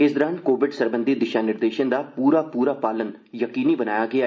इस दौरान कोविड सरबंधी दिशा निर्देशें दा पूरा पूरा पालन यकीनी बनाया गेआ